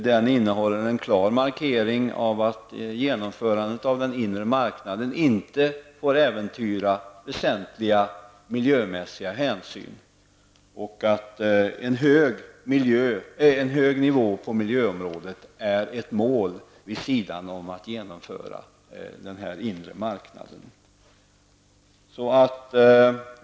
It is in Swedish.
Den innehåller en klar markering av att genomförandet av den inre marknaden inte får äventyra väsentliga miljömässiga hänsyn och att en hög nivå på miljökraven är ett mål vid sidan av att genomföra den inre marknaden.